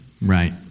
Right